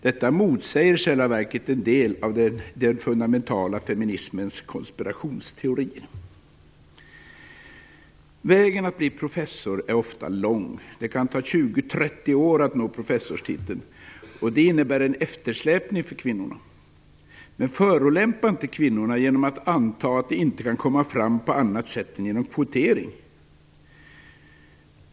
Detta motsäger i själva verket en del av den fundamentala feminismens konspirationsteorier. Vägen till att bli professor är ofta lång. Det kan ta 20-30 år att nå professorstiteln. Det innebär en eftersläpning för kvinnorna. Men förolämpa inte kvinnorna genom att anta att de inte kan komma fram på annat sätt än genom kvotering!